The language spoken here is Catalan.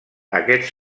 aquests